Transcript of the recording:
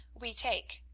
we take.